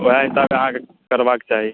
वएह हिसाबे अहाँकेँ करबाक चाही